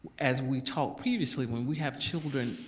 as we talked previously when we have children,